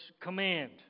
command